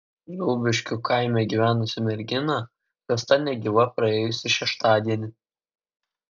zūbiškių kaime gyvenusi mergina rasta negyva praėjusį šeštadienį